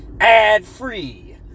ad-free